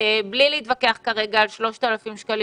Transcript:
בלי להתווכח על 3,000 שקלים,